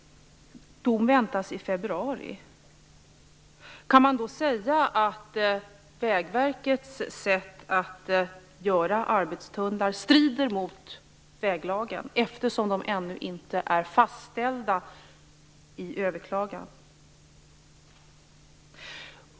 Dom väntas i februari. Kan man säga att Vägverkets bygge av arbetstunnlar strider mot väglagen, eftersom arbetsplaner ännu inte är fastställda i och med överklagan?